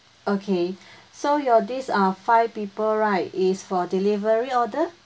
okay so your this uh five people right is for delivery order